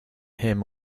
him